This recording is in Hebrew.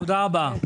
תודה רבה.